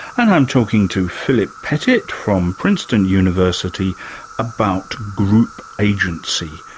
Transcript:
and i'm talking to philip pettit from princeton university about group agency,